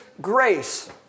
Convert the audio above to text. grace